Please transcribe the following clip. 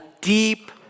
deep